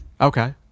okay